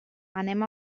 anem